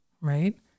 right